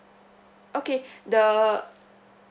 okay the